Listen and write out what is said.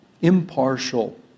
Impartial